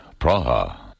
Praha